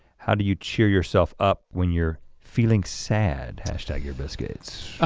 how do you cheer yourself up when you're feeling sad? earbiscuits.